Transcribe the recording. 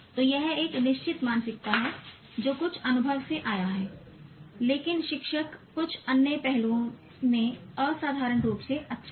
तो यह एक निश्चित मानसिकता है जो कुछ अनुभव से आया है लेकिन शिक्षक कुछ अन्य पहलुओं में असाधारण रूप से अच्छा है